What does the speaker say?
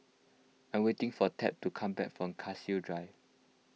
I waiting for Tab to come back from Cassia Drive